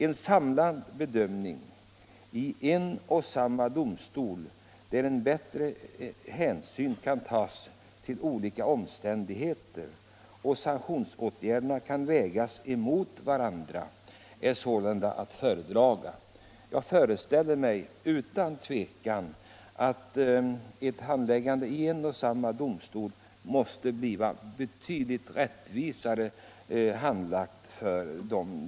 En samlad bedömning i en och samma domstol, där hänsyn bättre kan tas till olika omständigheter och där sanktionsåtgärderna kan vägas mot varandra, är sålunda att föredra. Jag föreställer mig att ett handläggande i en och samma domstol måste bli betydligt rättvisare.